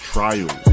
Trial